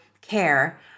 care